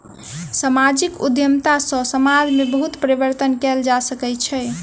सामाजिक उद्यमिता सॅ समाज में बहुत परिवर्तन कयल जा सकै छै